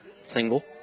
single